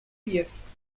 yes